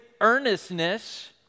earnestness